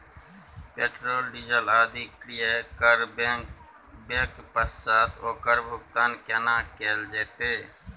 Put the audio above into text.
Petrol, diesel आदि क्रय करबैक पश्चात ओकर भुगतान केना कैल जेतै?